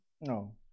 No